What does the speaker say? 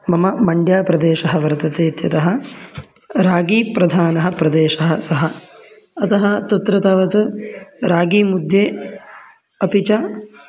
मम मण्ड्याप्रदेशः वर्तते इत्यतः रागीप्रधानः प्रदेशः सः अतः तत्र तावत् रागीमुद्ये अपि च